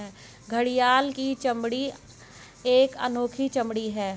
घड़ियाल की चमड़ी एक अनोखी चमड़ी है